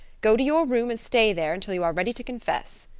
go to your room and stay there until you are ready to confess.